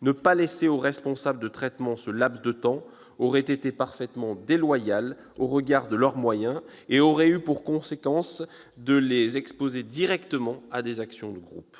Ne pas laisser aux responsables de traitement ce laps de temps aurait été parfaitement déloyal au regard de leurs moyens, et aurait eu pour conséquence de les exposer directement à des actions de groupe.